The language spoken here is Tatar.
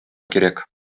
кирәк